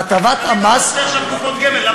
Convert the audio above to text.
והטבת המס, קופות גמל.